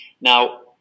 Now